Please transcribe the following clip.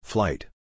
Flight